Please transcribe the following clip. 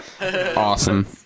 Awesome